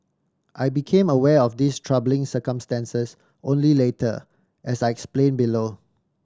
I became aware of these troubling circumstances only later as I explain below